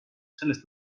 sellest